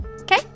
Okay